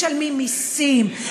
משלמים מסים,